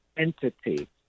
entity